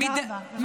תודה רבה.